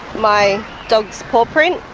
my dog's paw print.